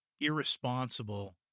irresponsible